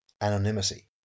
anonymity